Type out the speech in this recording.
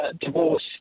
divorce